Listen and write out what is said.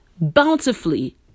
bountifully